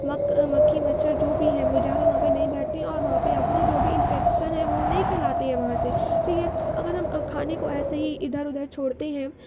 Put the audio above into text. مکھ مکھی مچھر جو بھی ہے وہ جا کے وہاں پہ نہیں بیٹھے ہیں اور وہاں پہ اپنے جو بھی انفیکشن ہے وہ نہیں پھیلاتے ہیں وہاں سے ٹھیک ہے اگر ہم کھانے کو ایسے ہی ادھر ادھر چھوڑتے ہیں